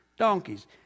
Donkeys